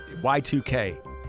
Y2K